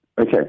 Okay